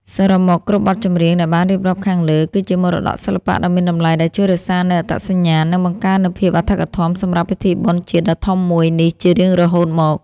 សរុបមក គ្រប់បទចម្រៀងដែលបានរៀបរាប់ខាងលើ គឺជាមរតកសិល្បៈដ៏មានតម្លៃដែលជួយរក្សានូវអត្តសញ្ញាណ និងបង្កើននូវភាពអធិកអធមសម្រាប់ពិធីបុណ្យជាតិដ៏ធំមួយនេះជារៀងរហូតមក។